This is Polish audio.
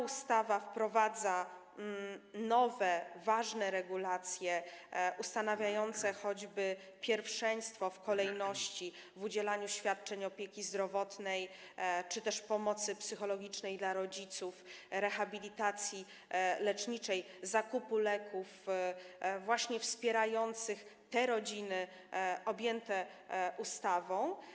Ustawa ta wprowadza nowe, ważne regulacje ustanawiające choćby pierwszeństwo w odniesieniu do udzielania świadczeń opieki zdrowotnej czy też pomocy psychologicznej dla rodziców, rehabilitacji leczniczej, zakupu leków wspierających rodziny objęte ustawą.